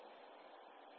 ছাত্র ছাত্রীঃ